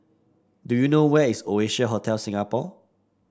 do you know where is Oasia Hotel Singapore